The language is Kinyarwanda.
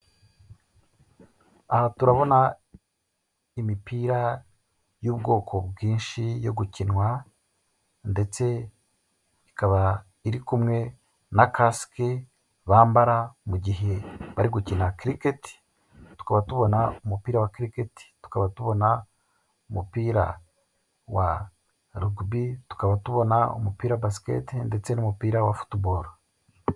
Aha turabona imipira y'ubwoko bwinshi yo gukinwa, ndetse ikaba iri kumwe na kasike bambara mu gihe bari gukina kiriketi. Tukaba tubona umupira wa kiriketi, tukaba tubona umupira wa rugubi, tukaba tubona umupira wa basiketi ndetse n'umupira wa futuboro.